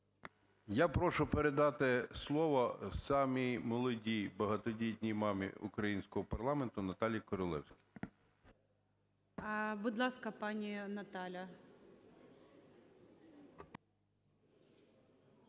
Я прошу передати слово самій молодій багатодітній мамі українського парламенту Наталії Королевській. ГОЛОВУЮЧИЙ. Будь ласка, пані Наталя.